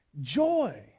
joy